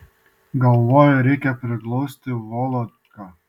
galvoju reikia priglausti volodką